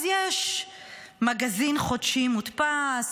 אז יש מגזין חודשי מודפס,